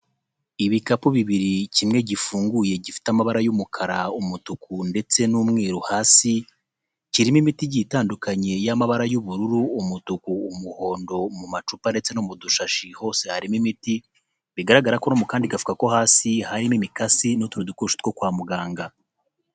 Ibikapu bibiri kimwe gifunguye gifite amabara y'umukara, umutuku ndetse n'umweru hasi, kirimo imiti igiye itandukanye y'amabara y'ubururu, umutuku, umuhondo, mu macupa ndetse no mu dushashi hose harimo imiti, bigaragara ko no mu kandi gafuka ko hasi harimo imikasi n'utundi dukoresho two wa muganga.